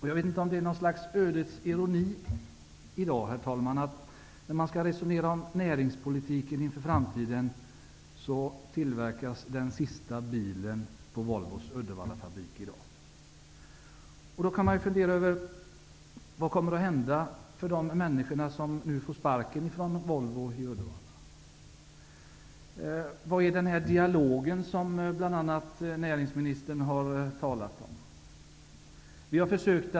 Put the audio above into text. Jag vet inte om det är ödets ironi att när vi i dag skall diskutera närinspolitiken inför framtiden tillverkas samtidigt den sista bilen på Volvos Uddevallafabrik. Vad kommer att hända med de människor som nu får sparken från Volvofabriken i Uddevalla? Var är den dialog som näringsministern har talat om?